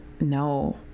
No